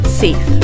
safe